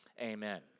amen